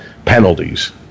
Penalties